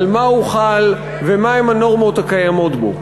על מה הוא חל ומה הן הנורמות הקיימות בו.